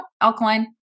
Alkaline